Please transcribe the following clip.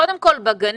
קודם כל בגנים,